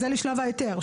זה לשלב ההיתר,